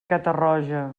catarroja